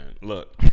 Look